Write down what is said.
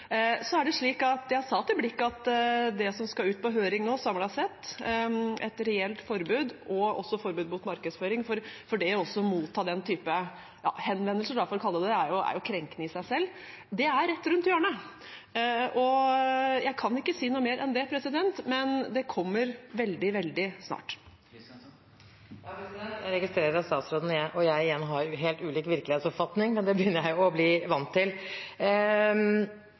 Jeg sa til Blikk at det som skal ut på høring nå samlet sett, et reelt forbud og et forbud mot markedsføring – for det å motta den typen henvendelser, for å kalle det det, er krenkende i seg selv – er rett rundt hjørnet. Jeg kan ikke si noe mer enn det, men det kommer veldig, veldig snart. Jeg registrerer at statsråden og jeg igjen har helt ulik virkelighetsoppfatning, men det begynner jeg å bli vant til.